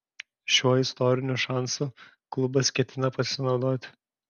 šiuo istoriniu šansu klubas ketina pasinaudoti